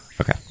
Okay